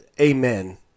amen